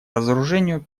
разоружению